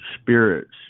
spirits